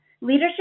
Leadership